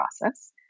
process